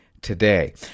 today